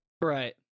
Right